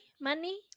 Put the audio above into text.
money